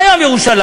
מה יום ירושלים?